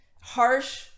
Harsh